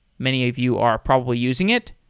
many of you are probably using it.